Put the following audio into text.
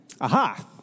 Aha